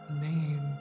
name